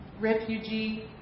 refugee